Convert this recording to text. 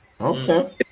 okay